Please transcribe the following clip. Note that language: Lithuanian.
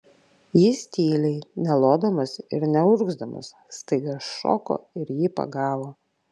jis tyliai nelodamas ir neurgzdamas staiga šoko ir jį pagavo